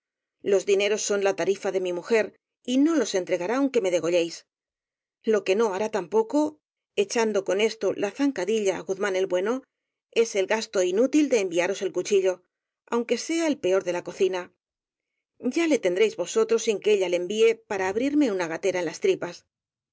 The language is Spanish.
los dineros son la tarifa de mi mujer y no los entregará aunque me degolléis lo que no hará tampoco echando con esto la zancadilla á quzmán el bueno es el gasto inútil de enviaros el cuchillo aunque sea el peor de la cocina ya le tendréis vosotros sin que ella le envíe para abrirme una gatera en las tripas